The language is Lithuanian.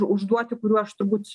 užduoti kurių aš turbūt